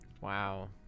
wow